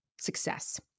success